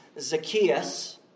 Zacchaeus